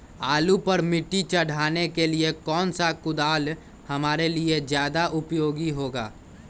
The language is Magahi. आलू पर मिट्टी चढ़ाने के लिए कौन सा कुदाल हमारे लिए ज्यादा उपयोगी होगा?